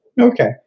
Okay